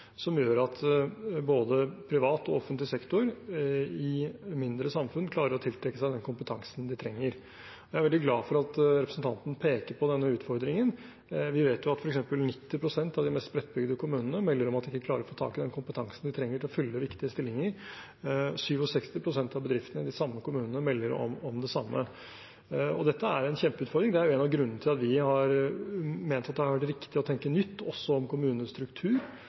som gjør at både privat og offentlig sektor i mindre samfunn klarer å tiltrekke seg den kompetansen de trenger. Jeg er veldig glad for at representanten peker på denne utfordringen. Vi vet at f.eks. 90 pst. av de mest spredtbygde kommunene melder om at de ikke klarer å få tak i den kompetansen de trenger for å fylle viktige stillinger. 67 pst. av bedriftene i de samme kommunene melder om det samme. Dette er en kjempeutfordring. Det er en av grunnene til at vi har ment at det har vært riktig å tenke nytt også om kommunestruktur.